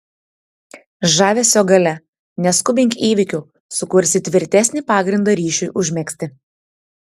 žavesio galia neskubink įvykių sukursi tvirtesnį pagrindą ryšiui užmegzti